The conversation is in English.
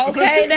Okay